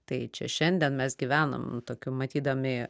tai čia šiandien mes gyvenam tokiu matydami